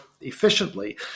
efficiently